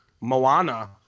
Moana